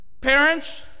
Parents